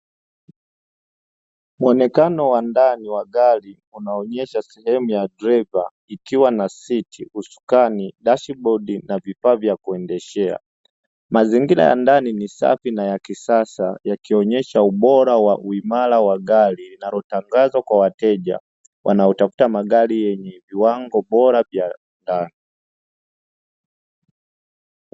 Muonekano wa ndani wa gari inaonyesha sehemu ya ndani inaonyesha vizuri kwa wateja wanaotafuta magari kwa ajili ya kununua